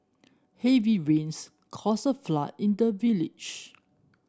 heavy rains caused a flood in the village